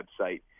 website